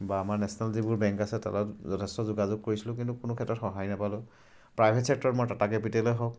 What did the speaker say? বা আমাৰ নেশ্যনেল যিবোৰ বেংক আছে তাত যথেষ্ট যোগাযোগ কৰিছিলোঁ কিন্তু কোন ক্ষেত্ৰত সঁহাৰি নাপালোঁ প্ৰাইভেট চেক্টৰত মই টাটা কেপিটেলেই হওক